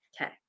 Okay